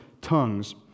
tongues